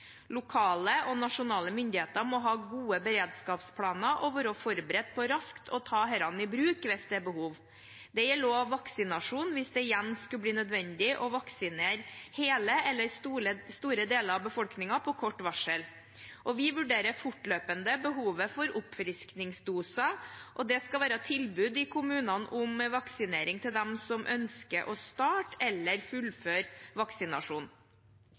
Lokale og nasjonale myndigheter må ha gode beredskapsplaner og være forberedt på raskt å ta disse i bruk ved behov. Dette gjelder også vaksinasjon hvis det igjen skulle bli nødvendig å vaksinere hele eller store deler av befolkningen på kort varsel. Vi vurderer fortløpende behovet for oppfriskningsdoser, og det skal være tilbud i kommunene om vaksinering til dem som ønsker å starte eller fullføre sin vaksinasjon.